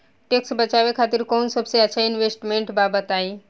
Tax बचावे खातिर कऊन सबसे अच्छा इन्वेस्टमेंट बा बताई?